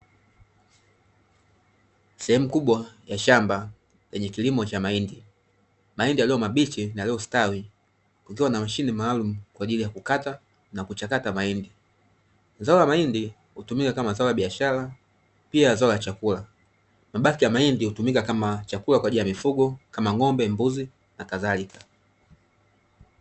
Sehemu kubwa ya shamba, yenye kilimo cha mahindi. Mahindi yaliyo mabichi na yaliyostawi, kukiwa na mashine maalumu kwa ajili ya kukata na kuchakata mahindi. Zao la mahindi hutumika kama zao la biashara, pia zao la chakula. Mabaki ya mahindi hutumika kama chakula kwa ajili ya mifugo kama ng'ombe, mbuzi na kadhalika.